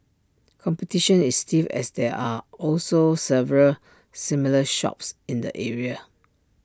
competition is stiff as there are also several similar shops in the area